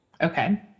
Okay